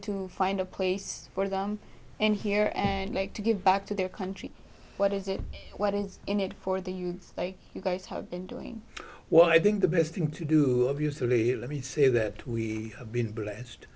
to find a place for them and here and like to give back to their country what is it what is in it for the you like you guys have been doing what i think the best thing to do obviously let me say that we have been blessed